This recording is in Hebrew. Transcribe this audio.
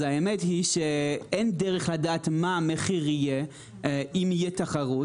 אז האמת היא שאין דרך לדעת מה המחיר יהיה אם תהיה תחרות,